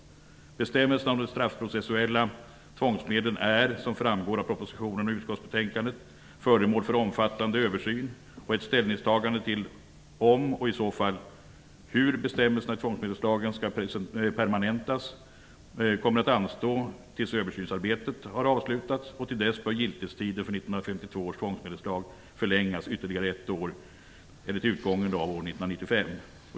Bestämmelserna om de straffprocessuella tvångsmedlen är, som framgår av propositionen och utskottsbetänkandet, föremål för omfattande översyn. Ett ställningstagande till om, och i så fall hur, bestämmelserna i tvångsmedelslagen skall permanentas kommer att anstå tills översynsarbetet har avslutats. Till dess bör giltighetstiden för 1952 års tvångsmedelslag förlängas ytterligare ett år till utgången av år Fru talman!